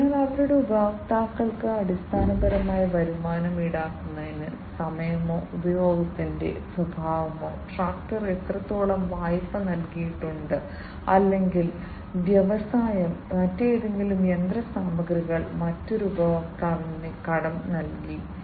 അതിനാൽ അവരുടെ ഉപഭോക്താക്കൾക്ക് അടിസ്ഥാനപരമായി വരുമാനം ഈടാക്കുന്നത് സമയമോ ഉപയോഗത്തിന്റെ സ്വഭാവമോ ട്രാക്ടർ എത്രത്തോളം വായ്പ നൽകിയിട്ടുണ്ട് അല്ലെങ്കിൽ വ്യവസായം മറ്റേതെങ്കിലും യന്ത്രസാമഗ്രികൾ മറ്റൊരു ഉപഭോക്താവിന് കടം നൽകി